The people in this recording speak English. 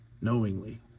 knowingly